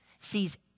sees